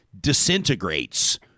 disintegrates